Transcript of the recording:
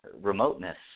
remoteness